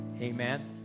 Amen